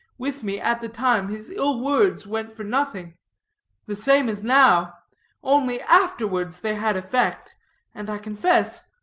with me at the time his ill words went for nothing the same as now only afterwards they had effect and i confess,